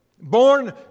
born